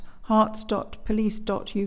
hearts.police.uk